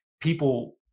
people